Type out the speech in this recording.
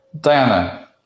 Diana